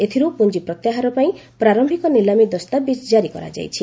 ଏଥିରୁ ପୁଞ୍ଜି ପ୍ରତ୍ୟାହାର ପାଇଁ ପ୍ରାରମ୍ଭିକ ନିଲାମୀ ଦସ୍ତାବିଜ୍ ଜାରି କରାଯାଇଛି